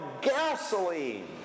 gasoline